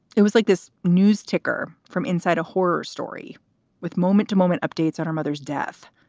it was like this news ticker from inside, a horror story with moment to moment updates on her mother's death,